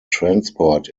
transport